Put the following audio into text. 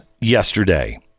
yesterday